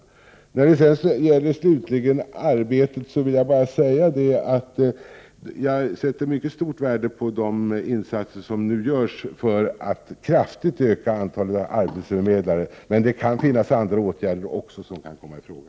125 När det slutligen gäller arbetet vill jag säga att jag sätter mycket stort värde på de insatser som nu görs för att kraftigt öka antalet arbetsförmedlare, men det kan finnas även andra åtgärder som kan komma i fråga.